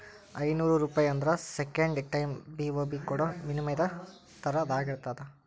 ಐನೂರೂಪಾಯಿ ಆದ್ರ second time BOB ಕೊಡೋ ವಿನಿಮಯ ದರದಾಗಿರ್ತದ